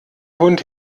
hund